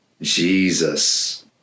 Jesus